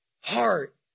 heart